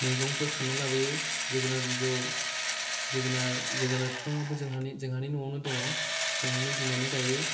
मैगंफोर खानानै लाबोयो जोगोनाथ बिजौ जोगोनाथ जोगोनाथ बिफाङाबो जोंहानि जोंहानि न'आवनो दङ जोंहानि बिमायानो गायो